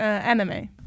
Anime